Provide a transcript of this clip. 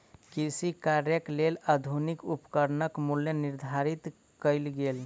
कृषि कार्यक लेल आधुनिक उपकरणक मूल्य निर्धारित कयल गेल